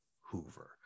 Hoover